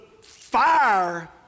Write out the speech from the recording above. fire